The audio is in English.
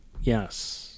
Yes